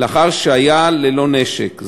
לאחר שהיה ללא נשק,